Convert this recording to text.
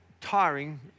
tiring